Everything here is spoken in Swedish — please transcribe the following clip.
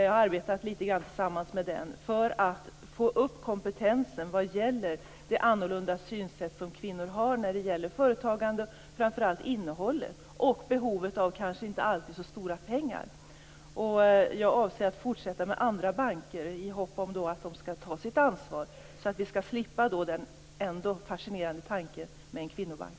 Jag har arbetat lite grann tillsammans med den för att få upp kompetensen vad gäller det annorlunda synsätt som kvinnor har när det gäller företagande, framför allt när det gäller innehållet och behovet av kanske inte alltid så stora pengar. Jag avser att fortsätta med andra banker i hopp om att de skall ta sitt ansvar så att vi skall slippa den ändå fascinerande tanken med en kvinnobank.